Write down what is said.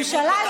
של ממשלה,